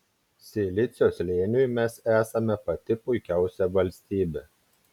silicio slėniui mes esame pati puikiausia valstybė